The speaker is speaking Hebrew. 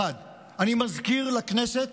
1. אני מזכיר לכנסת